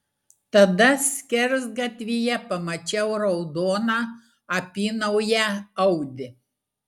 tada skersgatvyje pamačiau raudoną apynauję audi